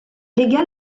légua